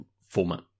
format